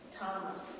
Thomas